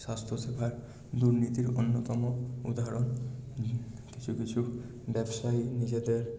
স্বাস্থ্যসেবার দুর্নীতির অন্যতম উদাহরণ কিছু কিছু ব্যবসায়ী নিজেদের